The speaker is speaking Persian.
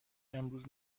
امروز